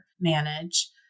manage